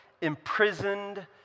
imprisoned